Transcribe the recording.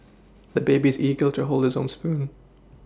the baby is eager to hold his own spoon